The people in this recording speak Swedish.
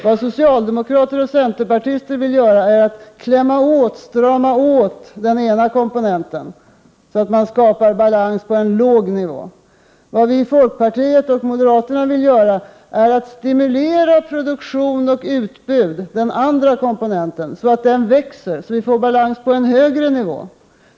Vad socialdemokrater och centerpartister vill göra är att strama åt den ena komponenten så, att man skapar balans på en låg nivå. Vad vi i folkpartiet och moderaterna vill göra är att stimulera produktion och utbud — den andra komponenten — så, att den växer. Då får vi balans på en högre nivå.